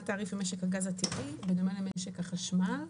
תעריף במשק הגז הטבעי בדומה למשק החשמל.